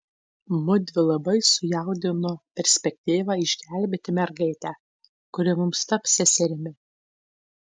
mudvi labai sujaudino perspektyva išgelbėti mergaitę kuri mums taps seserimi